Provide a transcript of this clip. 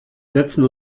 setzen